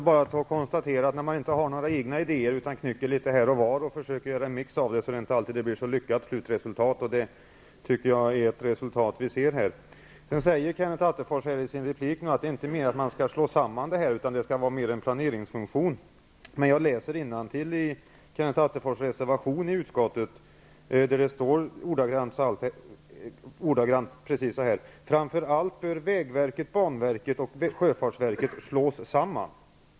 Herr talman! När man inte har några egna idéer utan knycker litet här och var och försöker göra en mix av det är det inte alltid slutresultatet blir så lyckat. Ett sådant resultat ser vi här. Kenneth Attefors säger nu i sin replik att det inte är meningen att man skall slå samman verken utan att det skall röra sig om en planeringsfunktion. Men i Kenneth Attefors reservation till utskottet står ordagrant: ''Framför allt bör vägverket, banverket och sjöfartsverket slås samman.''